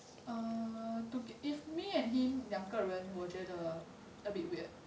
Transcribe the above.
err if me and him 两个人我觉得 a bit weird